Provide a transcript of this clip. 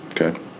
okay